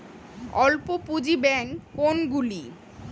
অল্প পুঁজি ব্যাঙ্ক কোনগুলি?